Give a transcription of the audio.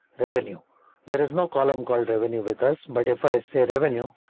revenue there is no column called revenue with us. but if i say revenue.